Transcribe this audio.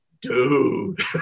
dude